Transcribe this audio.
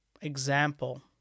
example